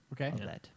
Okay